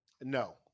No